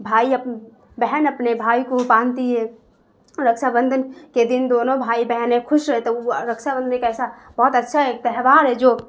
بھائی بہن اپنے بھائی کو باندھتی ہے رکچھا بندھن کے دن دونوں بھائی بہن ایک خوش رہتے ہیں وہ رکچھا بندھن ایک ایسا بہت اچھا ایک تہوار ہے جو